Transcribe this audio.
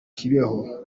kibeho